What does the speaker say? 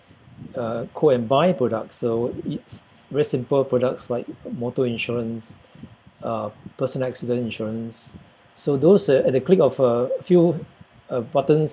a co and by-product so it's very simple products like motor insurance uh personal accident insurance so those are at the click of a few uh buttons